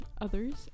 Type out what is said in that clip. others